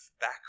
back